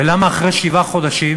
ולמה אחרי שבעה חודשים